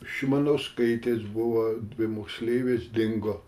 šimanauskaitės buvo dvi moksleivės dingo